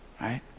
right